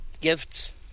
gifts